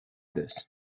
this